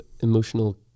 emotional